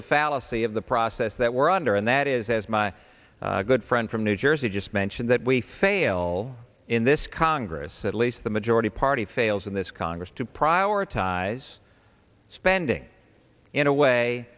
the fallacy of the process that we're under and that is as my good friend from new jersey just mentioned that we fail in this congress at least the majority party fails in this congress to prioritize spending in a way